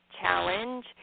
challenge